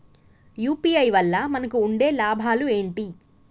UPI వల్ల మనకు ఉండే లాభాలు ఏంటి?